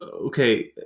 okay